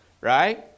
right